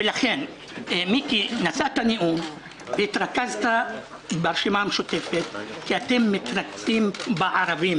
נשאת נאום והתרכזת ברשימה המשותפת כי אתם מתנכלים לערבים,